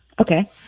Okay